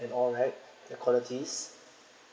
and all right the qualities